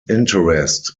interest